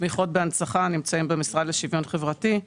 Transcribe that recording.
תמיכות בהנצחה, נמצאים במשרד לשוויון חברתי.